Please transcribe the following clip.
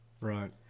Right